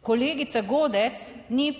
Kolegica Godec ni,